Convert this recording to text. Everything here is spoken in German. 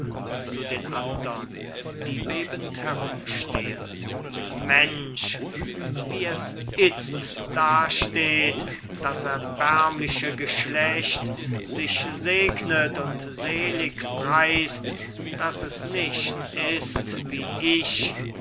zu den andern die bebend herumstehn mensch wie es itzt dasteht das erbärmliche geschlecht sich segnet und selig preist daß es nicht ist wie ich